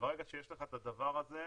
וברגע שיש לך את הדבר הזה,